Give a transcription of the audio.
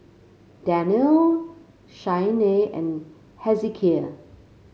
Danyel Shianne and Hezekiah